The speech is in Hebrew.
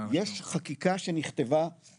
יש חקיקה שנכתבה --- איפה היא?